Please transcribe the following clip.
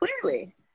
Clearly